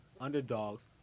underdogs